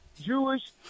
Jewish